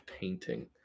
painting